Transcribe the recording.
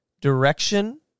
direction